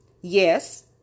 Yes